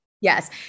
yes